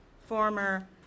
former